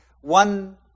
one